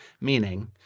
meaning